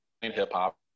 hip-hop